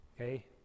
Okay